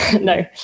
No